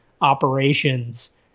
operations